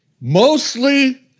Mostly